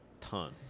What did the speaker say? ton